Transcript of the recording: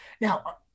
Now